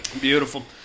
Beautiful